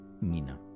Mina